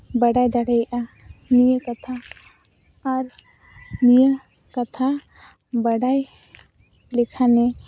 ᱵᱟᱲᱟᱭ ᱫᱟᱲᱮᱭᱟᱜᱼᱟ ᱱᱤᱭᱟᱹ ᱠᱟᱛᱷᱟ ᱟᱨ ᱱᱤᱭᱟᱹ ᱠᱟᱛᱷᱟ ᱵᱟᱰᱟᱭ ᱞᱮᱠᱷᱟᱱᱮ